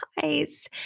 guys